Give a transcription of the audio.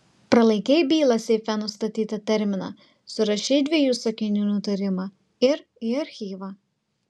pralaikei bylą seife nustatytą terminą surašei dviejų sakinių nutarimą ir į archyvą